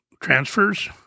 transfers